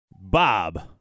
Bob